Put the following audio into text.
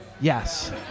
Yes